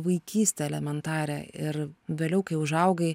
vaikystę elementarią ir vėliau kai užaugai